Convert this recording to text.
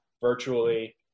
virtually